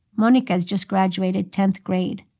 monika has just graduated tenth grade.